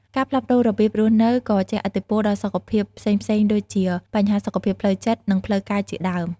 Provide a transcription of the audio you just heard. ការផ្លាស់ប្ដូររបៀបរស់នៅក៏ជះឥទ្ធិពលដល់សុខភាពផ្សេងៗដូចជា បញ្ហាសុខភាពផ្លូវចិត្ត និងផ្លូវកាយជាដើម។